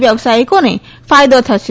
વ્યવસાથિકોને ફાયદો થશે